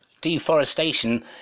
deforestation